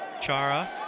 Chara